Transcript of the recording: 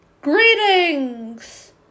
Greetings